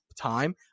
time